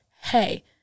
hey